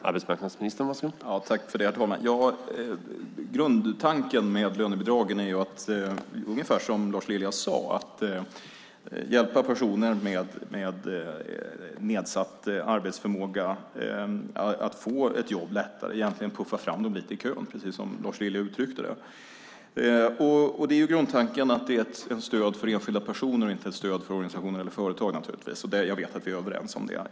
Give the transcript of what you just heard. Herr talman! Grundtanken med lönebidragen är ju att hjälpa personer med nedsatt arbetsförmåga att lättare få ett jobb. Man puffar fram dem lite i kön, precis som Lars Lilja uttryckte det. Grundtanken är att det är ett stöd för enskilda personer och inte ett stöd för organisationer eller företag, naturligtvis. Jag vet att vi är överens om det.